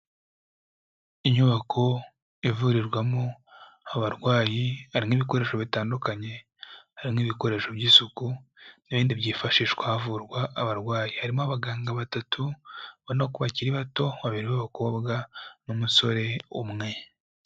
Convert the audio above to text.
Inyubako ivurirwamo abarwayi, harimo ibikoresho bitandukanye, harimo ibikoresho by'isuku, n'ibindi byifashishwa havurwa abarwayi. Harimo abaganga batatu ubona ko bakiri bato, babiri b'abakobwa n'umusore umwe.